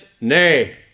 Nay